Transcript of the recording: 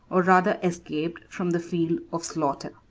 or rather escaped, from the field of slaughter.